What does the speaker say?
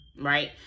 right